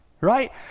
right